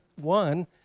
one